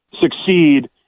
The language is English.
succeed